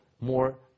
more